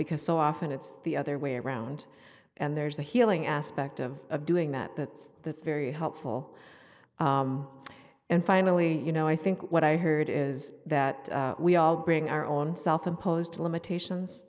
because so often it's the other way around and there's a healing aspect of doing that that's very helpful and finally you know i think what i heard is that we all bring our own self imposed limitations